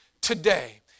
today